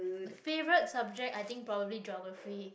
favorite subject i think probably geography